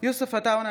יוסף עטאונה,